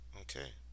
okay